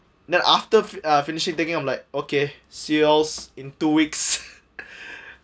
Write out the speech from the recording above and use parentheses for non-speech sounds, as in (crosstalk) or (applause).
then after uh finishing taking I'm like okay see you all in two weeks (laughs)